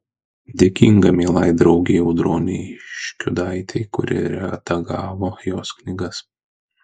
dėkinga mielai draugei audronei škiudaitei kuri redagavo jos knygas